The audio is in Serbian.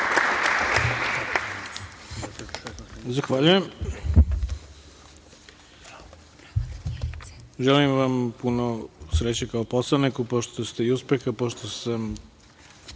Zahvaljujem. Želim vam puno sreće kao poslaniku i uspeha, pošto sam